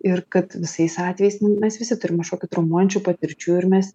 ir kad visais atvejais mes visi turim kažkokių traumuojančių patirčių ir mes